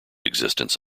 existence